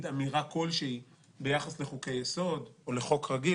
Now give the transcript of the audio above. אמירה כלשהי ביחס לחוקי יסוד או לחוק רגיל?